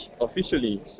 officially